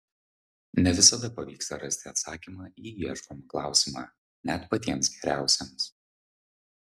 ne visada pavyksta rasti atsakymą į ieškomą klausimą net patiems geriausiems